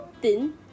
thin